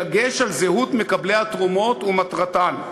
בדגש על זהות מקבלי התרומות ומטרתן.